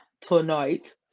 tonight